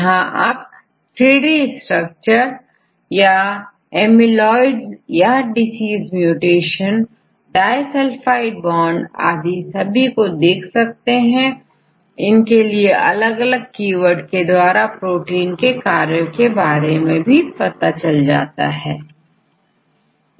यहां आप 3D structure याamyloids या डिसीज म्यूटेशन डाईसल्फाइड बॉन्ड आदि को देख पाएंगे साथ ही अलग अलग कीवर्ड्स के द्वारा प्रोटीन के कार्यों के बारे में भी पता चल जाएगा